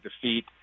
defeat